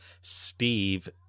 steve